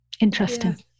interesting